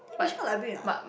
then Bishan got library or not ah